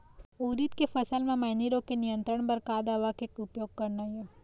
उरीद के फसल म मैनी रोग के नियंत्रण बर का दवा के उपयोग करना ये?